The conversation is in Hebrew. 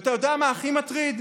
ואתה יודע מה הכי מטריד?